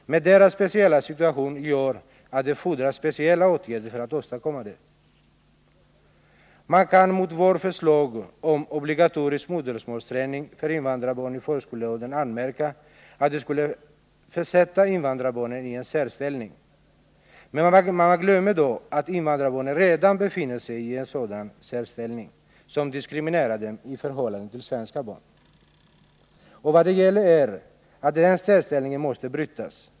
Men deras speciella situation gör att det fordras speciella åtgärder för att åstadkomma det. Man kan mot vårt förslag om obligatorisk modersmålsträning för invandrarbarn i förskoleåldern anmärka, att det skulle försätta invandrarbarnen i en särställning. Men man glömmer då att invandrarbarnen redan befinner sig i en sådan särställning, som diskriminerar dem i förhållande till svenska barn. Och vad det gäller är att den särställningen måste brytas.